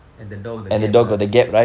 and the door the gap ah